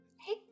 hey